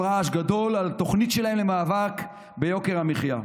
רעש גדול על התוכנית שלהם למאבק ביוקר המחיה.